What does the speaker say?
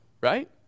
right